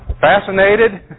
Fascinated